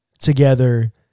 together